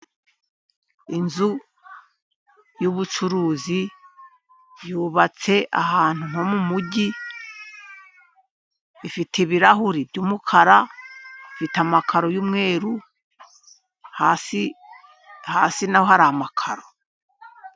Inzu y'ubucuruzi, yubatse ahantu nko mu mujyi, ifite ibirahuri by'umukara, ifite amakaro y'umweru, hasi naho hari amakararo.